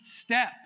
step